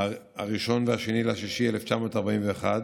1 ו-2 ביוני 1941,